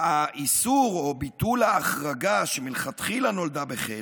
שהאיסור או ביטול ההחרגה, שמלכתחילה נולדה בחטא,